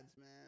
man